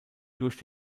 durch